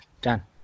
Done